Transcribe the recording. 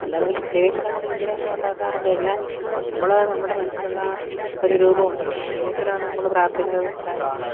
അല്ലാതെ പ്രത്യേകിച്ചു നമ്മൾ വിഗ്രഹങ്ങൾ ഉണ്ടാക്കാറൊന്നുമില്ല നമ്മൾ നമ്മുടെ മനസ്സിലുള്ള ആ ഒരു രൂപമുണ്ടല്ലോ ആ രൂപത്തിലാണു നമ്മൾ പ്രാർത്ഥിക്കുന്നതും കാര്യങ്ങൾ